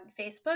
Facebook